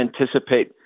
anticipate